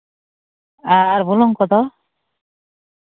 ᱟᱨ ᱵᱩᱞᱩᱝ ᱠᱚᱫᱚ